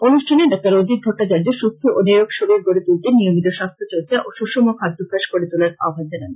অনুষ্ঠনে ডাঃ অজিত ভট্টাচার্য সুস্থ ও নিরোগ শরীর গড়ে তুলতে নিয়মিত স্বাস্থ্য চর্চা ও সুষম খাদ্যাভ্যাস গড়ে তোলার আহ্বান জানান